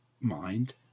mind